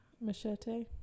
machete